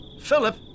Philip